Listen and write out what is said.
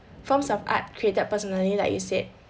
forms of art created personally like you said